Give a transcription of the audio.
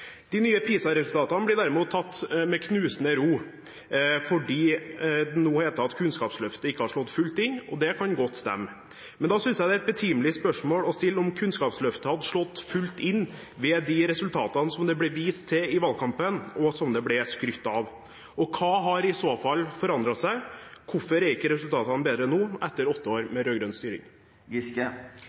De nye PISA-resultatene blir derimot tatt med knusende ro, fordi det nå heter at Kunnskapsløftet ikke har slått helt inn – og det kan godt stemme. Men da synes jeg det er betimelig å stille spørsmål om Kunnskapsløftet hadde slått fullt inn ved de resultatene som det ble vist til i valgkampen, og som det ble skrytt av. Hva har i så fall forandret seg? Hvorfor er ikke resultatene bedre nå, etter åtte år med rød-grønn styring?